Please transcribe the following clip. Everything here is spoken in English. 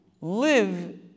live